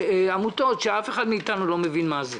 לעמותות שאף אחד מאיתנו לא מבין מה הן.